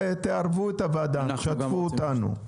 ותערבו את הוועדה תשתפו אותנו.